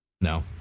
No